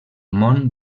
món